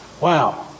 Wow